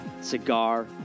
Cigar